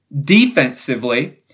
defensively